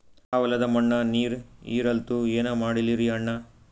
ಆ ಹೊಲದ ಮಣ್ಣ ನೀರ್ ಹೀರಲ್ತು, ಏನ ಮಾಡಲಿರಿ ಅಣ್ಣಾ?